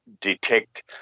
detect